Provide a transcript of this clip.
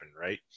right